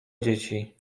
dzieci